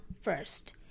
first